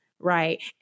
Right